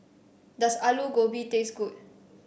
does Alu Gobi taste good